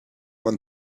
want